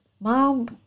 Mom